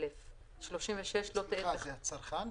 1,000. זה צרכן?